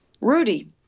Rudy